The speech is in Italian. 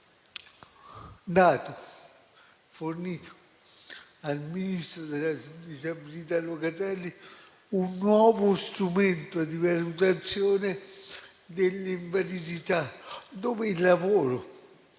abbiamo fornito al ministro per le disabilità Locatelli un nuovo strumento di valutazione dell'invalidità, del quale il lavoro e